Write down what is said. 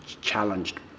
challenged